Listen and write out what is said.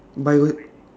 buy what